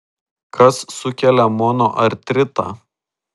kas sukelia monoartritą